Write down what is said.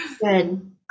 Good